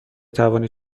توانید